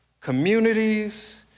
communities